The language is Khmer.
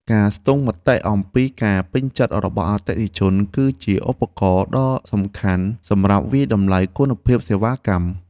ការស្ទង់មតិអំពីការពេញចិត្តរបស់អតិថិជន គឺជាឧបករណ៍ដ៏សំខាន់សម្រាប់វាយតម្លៃគុណភាពសេវាកម្ម។